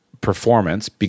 performance